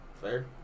Fair